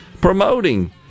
promoting